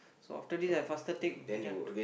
so after this I faster take chance